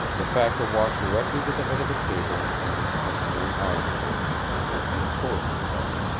the factor walked directly to the head of the table and his customary arm-chair, in which he disposed himself.